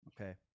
okay